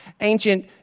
ancient